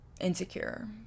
insecure